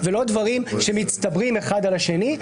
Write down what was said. ולא דברים שמצטברים אחד על השני.